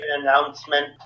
announcement